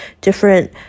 different